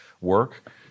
work